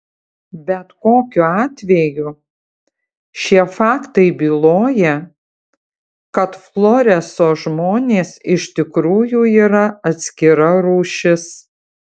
bet kokiu atveju šie faktai byloja kad floreso žmonės iš tikrųjų yra atskira rūšis